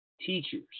teachers